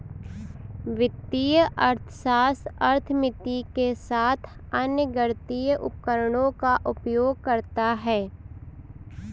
वित्तीय अर्थशास्त्र अर्थमिति के साथ साथ अन्य गणितीय उपकरणों का उपयोग करता है